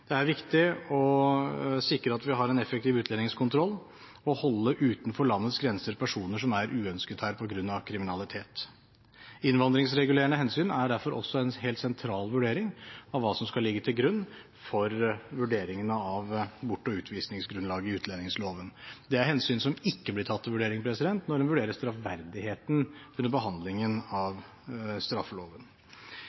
Det er viktig å sikre at vi har en effektiv utlendingskontroll, og holde utenfor landets grenser personer som er uønsket her på grunn av kriminalitet. Innvandringsregulerende hensyn er derfor også en helt sentral vurdering av hva som skal ligge til grunn for vurderingene av bortvisnings- og utvisningsgrunnlaget i utlendingsloven. Det er hensyn som ikke blir tatt til vurdering når en vurderer straffverdigheten ved behandling etter straffeloven.